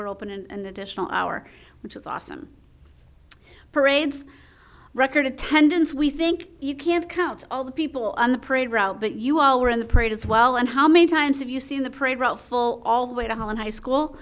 were open and additional hour which is awesome parades record attendance we think you can't count all the people on the parade route but you all were in the parade as well and how many times have you seen the parade route full all the way to holland high school